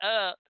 up